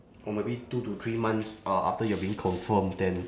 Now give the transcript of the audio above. or maybe two to three months uh after you are being confirm then